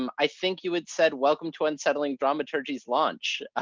um i think you had said, welcome to unsettling dramaturgy's launch. ah